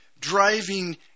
driving